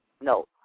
no